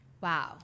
Wow